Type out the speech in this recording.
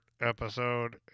episode